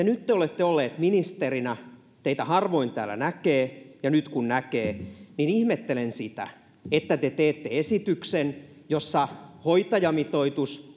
nyt kun te olette ollut ministerinä teitä harvoin täällä näkee ja nyt kun näkee niin ihmettelen sitä että te teette esityksen jossa hoitajamitoitus